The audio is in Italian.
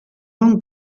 hong